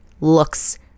looks